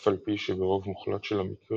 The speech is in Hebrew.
אף על פי שברוב מוחלט של המקרים,